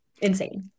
Insane